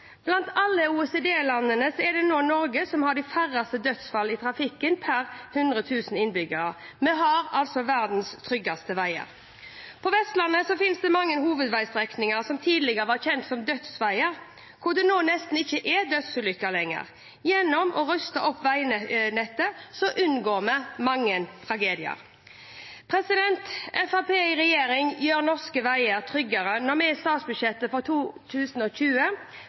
Blant alle OECD-land er det nå Norge som har færrest dødsfall i trafikken per 100 000 innbyggere. Vi har altså verdens tryggeste veier. På Vestlandet finnes det mange hovedveistrekninger som tidligere var kjent som dødsveier, hvor det nå nesten ikke er dødsulykker lenger. Gjennom å ruste opp veinettet unngår vi mange tragedier. Fremskrittspartiet i regjering gjør norske veier tryggere når vi i statsbudsjettet for 2020